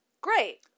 Great